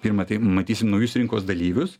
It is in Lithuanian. pirma tai matysim naujus rinkos dalyvius